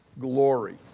glory